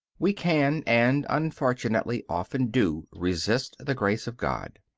we can and unfortunately often do resist the grace of god.